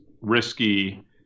risky